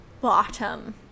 bottom